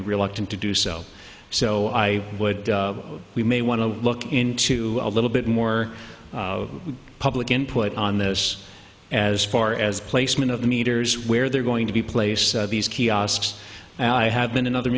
be reluctant to do so so i would we may want to look into a little bit more public input on this as far as placement of the meters where they're going to be place these kiosks and i have been in other